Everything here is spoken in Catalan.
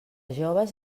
joves